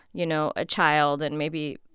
you know, a child and maybe,